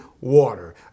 water